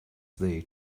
they